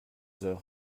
heures